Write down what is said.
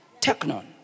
Technon